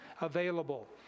available